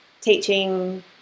teaching